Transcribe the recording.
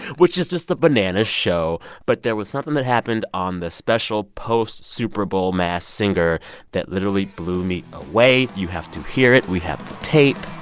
which is just a bananas show. but there was something that happened on this special post-super bowl masked singer that literally blew me away. you have to hear it. we have tape